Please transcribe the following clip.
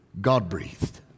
God-breathed